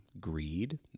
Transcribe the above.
greed